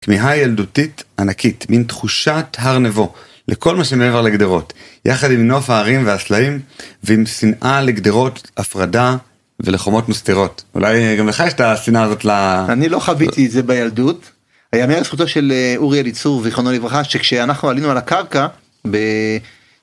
תמיהה ילדותית ענקית מין תחושת הר נבו לכל מה שמעבר לגדרות יחד עם נוף הערים והסלעים ועם שנאה לגדרות הפרדה ולחומות מסתרות אולי גם לך יש את השנאה הזאת אני לא חוויתי את זה בילדות. ימי הזכותו של אורי אליצור ויכולנו לברכה שכשאנחנו עלינו על הקרקע.